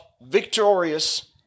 victorious